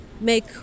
make